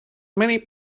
many